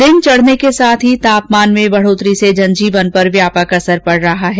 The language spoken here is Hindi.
दिन चढने के साथ ही तापमान में बढोतरी से जनजीवन पर व्यापक असर पड रहा है